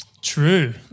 True